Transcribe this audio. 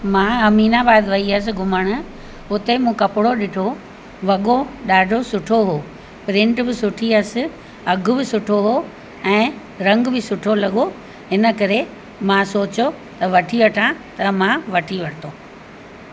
मां अमीनाबाग वेई हुअसि घुमण हुते मूं कपिड़ो ॾिठो वॻो ॾाढो सुठो हुओ प्रिंट बि सुठी हुअसि अघु बि सुठो हुओ ऐं रंग बि सुठो लॻो हिन करे मां सोचियो त वठी वठां त मां वठी वरितो